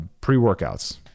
pre-workouts